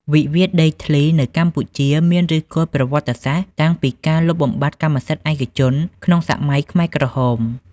វិវាទដីធ្លីនៅកម្ពុជាមានឫសគល់ប្រវត្តិសាស្ត្រតាំងពីការលុបបំបាត់កម្មសិទ្ធិឯកជនក្នុងសម័យខ្មែរក្រហម។